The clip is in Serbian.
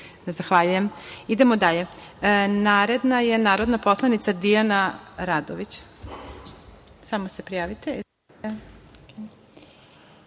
Zahvaljujem. Idemo dalje. Naredna je narodna poslanica Dijana Radović.